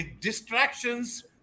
distractions